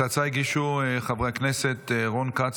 את ההצעות הגישו חברי הכנסת רון כץ,